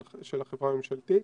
של החברה הממשלתית.